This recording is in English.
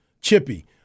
chippy